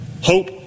hope